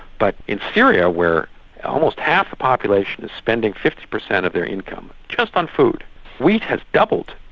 but in syria where almost half the population is spending fifty percent of their income just on food wheat has doubled.